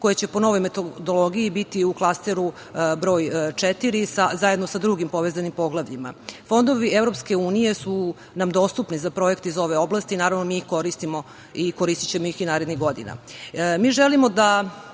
koje će po novoj metodologiji biti u klasteru broj 4 zajedno sa dugim povezanim poglavljima. Fondovi Evropske unije su nam dostupni za projekte iz ove oblasti. Naravno, mi je koristimo i koristićemo ih i narednih godina,